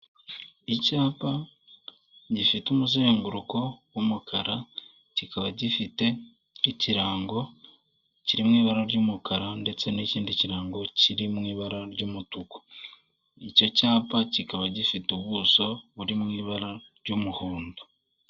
Icyapa gifite umuzenguruko w'umukara, kikaba gifite n'ikirango kiri mu ibara ry'umukara, ndetse n'ikindi kirango kiri mu ibara ry'umutuku, icyo cyapa kikaba gifite ubuso buri mu ibara ry'umuhondo.